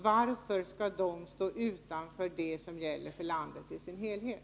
Varför skall de stå utanför det som gäller för landet i dess helhet?